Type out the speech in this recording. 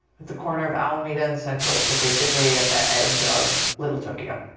at the corner of alameda and central. so, basically, at the edge of little tokyo.